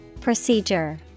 Procedure